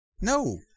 No